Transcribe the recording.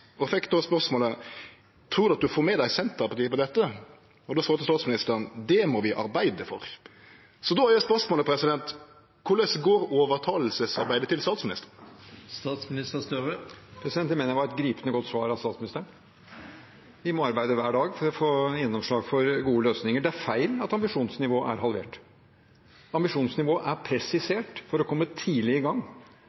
spørsmålet om han trudde at han fekk med seg Senterpartiet på dette, og då svarte statsministeren: Det må vi arbeide for. Så då er spørsmålet: Korleis går overtalingsarbeidet til statsministeren? Det mener jeg var et gripende godt svar av statsministeren. Vi må arbeide hver dag for å få gjennomslag for gode løsninger. Det er feil at ambisjonsnivået er halvert. Ambisjonsnivået er